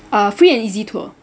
uh free and easy tour